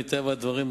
מטבע הדברים,